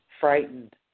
frightened